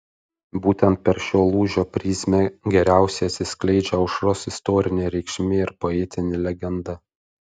būtent per šio lūžio prizmę geriausiai atsiskleidžia aušros istorinė reikšmė ir poetinė legenda